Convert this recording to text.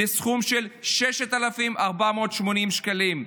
לסכום של 6,480 שקלים.